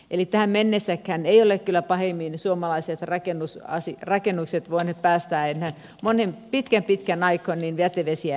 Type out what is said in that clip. eli tähän mennessäkään eivät ole kyllä pahemmin suomalaiset rakennukset voineet päästää enää pitkään pitkään aikaan jätevesiään vesistöön